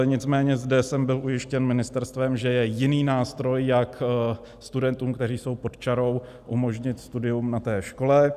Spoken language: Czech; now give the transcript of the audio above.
Nicméně zde jsem byl ujištěn ministerstvem, že je jiný nástroj, jak studentům, kteří jsou pod čarou, umožnit studium na té škole.